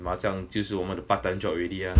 麻将就是我们的 part time job already ah